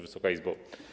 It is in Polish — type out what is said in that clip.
Wysoka Izbo!